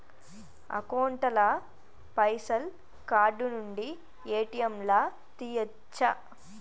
Account ల పైసల్ card నుండి ఏ.టి.ఎమ్ లా తియ్యచ్చా?